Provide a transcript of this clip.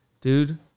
Dude